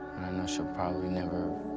she'll probably never